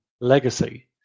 legacy